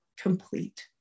complete